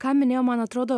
ką minėjo man atrodo